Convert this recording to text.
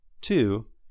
two